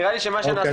נראה לי שמה שנעשה,